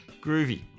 groovy